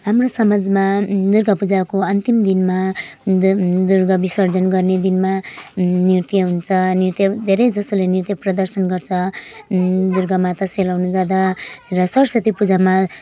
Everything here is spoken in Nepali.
हाम्रो समाजमा दुर्गापूजाको अन्तिम दिनमा दु दुर्गा विसर्जन गर्ने दिनमा नृत्य हुन्छ नृत्य धेरैजसोले नृत्य प्रदर्शन गर्छ दुर्गामाता सेलाउनु जाँदा र सरस्वती पूजामा